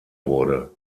wurde